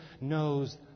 knows